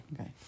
Okay